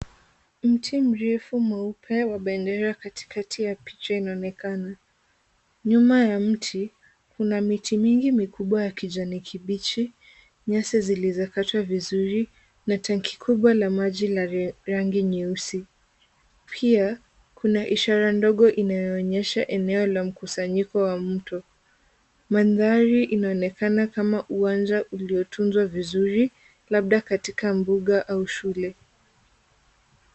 Mti, mrefu mweupe wa bendera, katikati ya picha inaonekana. Nyuma ya mti, kuna miti mingi mikubwa ya kijani kibichi. Nyasi zilizokatwa vizuri. Na tangi kubwa la maji la rie, rangi nyeusi. Pia kuna ishara ndogo inayoonyesha eneo la mkusanyiko wa mto. Mandhari inaonekana kama uwanja uliotunzwa vizuri labda katika mbuga au shule.